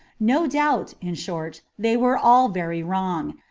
no doubt, in short, they were all very wrong,